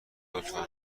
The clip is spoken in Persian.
لطفا